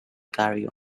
carry